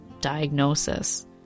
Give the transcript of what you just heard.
diagnosis